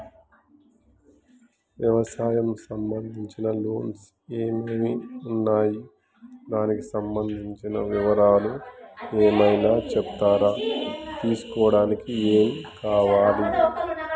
వ్యవసాయం సంబంధించిన లోన్స్ ఏమేమి ఉన్నాయి దానికి సంబంధించిన వివరాలు ఏమైనా చెప్తారా తీసుకోవడానికి ఏమేం కావాలి?